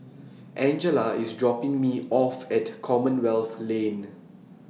Angella IS dropping Me off At Commonwealth Lane